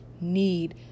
need